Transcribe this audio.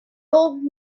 old